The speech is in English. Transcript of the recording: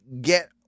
get